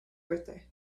birthday